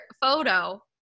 photo